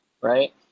right